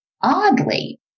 Oddly